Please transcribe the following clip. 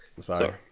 Sorry